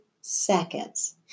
seconds